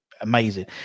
amazing